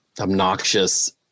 obnoxious